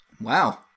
Wow